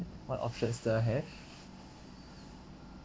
what options do I have